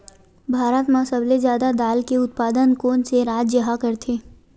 भारत मा सबले जादा दाल के उत्पादन कोन से राज्य हा करथे?